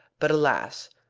but, alas!